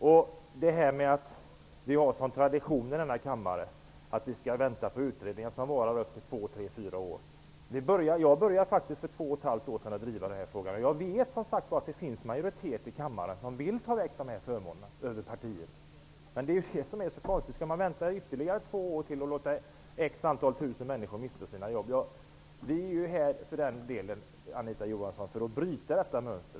Anita Johansson säger att vi har som tradition här i kammaren att vänta på utredningar som varar i två--fyra år. Jag började faktiskt att driva den här frågan för två och ett halvt år sedan. Jag vet att det finns en majoritet i kammaren som vill ta bort beskattningen på dessa förmåner. Skall vi vänta ytterligare två år till och låta x antal tusen människor mista sina jobb? Vi i Ny demokrati är här för att bryta detta mönster.